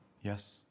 Yes